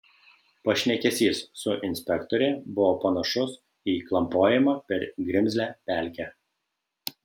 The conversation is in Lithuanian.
pašnekesys su inspektore buvo panašus į klampojimą per grimzlią pelkę